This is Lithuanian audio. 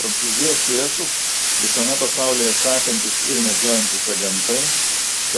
prancūzijos priešus visame pasaulyje sekantys ir medžiojantys agentai